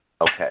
Okay